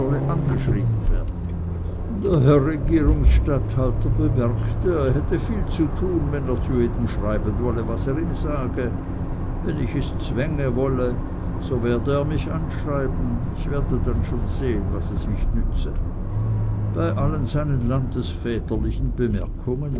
angeschrieben werden der herr regierungsstatthalter bemerkte er hätte viel zu tun wenn er zu jedem schreiben wolle was er ihm sage wenn ich es zwängen wolle so werde er mich anschreiben ich werde dann schon sehen was es mich nütze bei allen seinen landesväterlichen bemerkungen